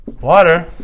water